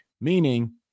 Meaning